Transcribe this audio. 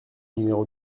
numéro